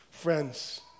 Friends